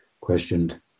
questioned